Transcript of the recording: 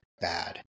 bad